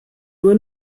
nur